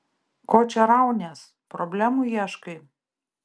ko čia raunies problemų ieškai